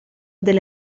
delle